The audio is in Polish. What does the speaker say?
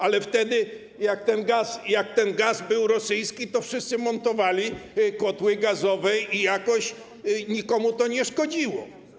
Ale wtedy jak ten gaz był rosyjski, to wszyscy montowali kotły gazowe i jakoś nikomu to nie szkodziło.